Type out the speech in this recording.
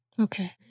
Okay